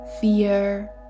fear